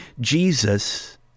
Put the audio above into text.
Jesus